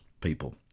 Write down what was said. people